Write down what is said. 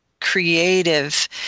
creative